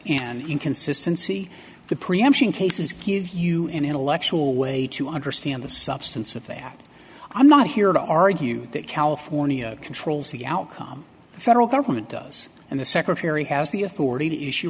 and inconsistency the preemption cases give you an intellectual way to understand the substance of the act i'm not here to argue that california controls the outcome the federal government does and the secretary has the authority to issue